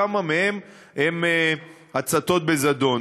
כמה מהן הן הצתות בזדון.